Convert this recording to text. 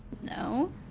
No